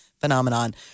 Phenomenon